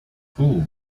who